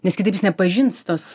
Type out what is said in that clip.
nes kitaip jis nepažins tos